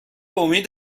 امید